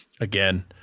Again